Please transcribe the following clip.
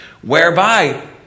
Whereby